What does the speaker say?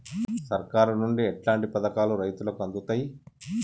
సర్కారు నుండి ఎట్లాంటి పథకాలు రైతులకి అందుతయ్?